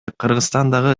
кыргызстандагы